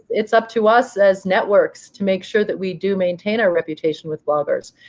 it's up to us as networks to make sure that we do maintain our reputation with bloggers,